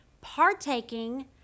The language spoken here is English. partaking